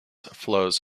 flows